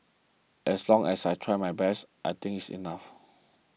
as long as I tried my best I think it is enough